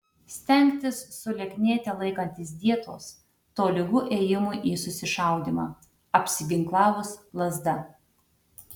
stengtis sulieknėti laikantis dietos tolygu ėjimui į susišaudymą apsiginklavus lazda